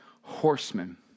horsemen